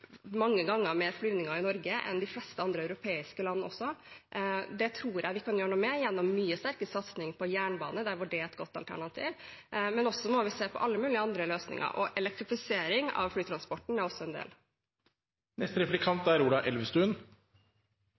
mange ganger flere flyvninger i Norge enn i de fleste europeiske land også. Det tror jeg vi kan gjøre noe med gjennom mye sterkere satsing på jernbane, der hvor det er et godt alternativ. Men også må vi se på alle mulige andre løsninger. Og elektrifisering av flytransporten er også en